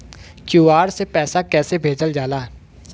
QR से पैसा कैसे भेजल जाला?